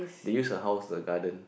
they use her house the garden